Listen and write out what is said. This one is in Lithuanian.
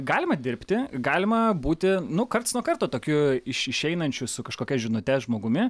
galima dirbti galima būti nu karts nuo karto tokiu iš išeinančiu su kažkokia žinute žmogumi